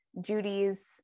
Judy's